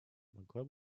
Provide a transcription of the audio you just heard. могла